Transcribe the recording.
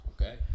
Okay